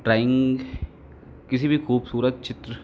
drawing किसी भी खूबसूरत चित्र